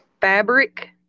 fabric